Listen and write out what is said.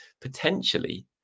potentially